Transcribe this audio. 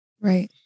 Right